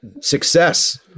success